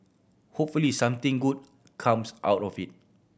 hopefully something good comes out of it